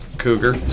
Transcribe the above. cougar